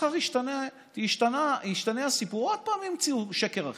מחר ישתנה הסיפור, עוד פעם ימציאו שקר אחר.